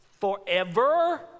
Forever